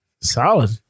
Solid